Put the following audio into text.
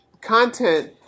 content